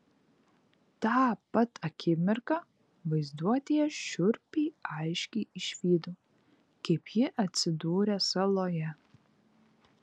tą pat akimirką vaizduotėje šiurpiai aiškiai išvydau kaip ji atsidūrė saloje